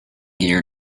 gear